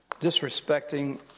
disrespecting